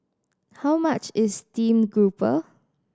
how much is steamed grouper